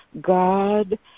God